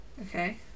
okay